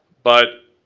but